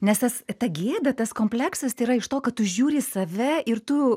nes tas ta gėda tas kompleksas tai yra iš to kad tu žiūri į save ir tu